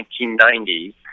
1990s